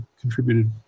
contributed